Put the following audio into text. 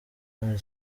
kandi